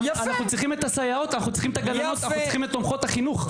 אנחנו צריכים את הסייעות אנחנו צריכים את תומכות החינוך.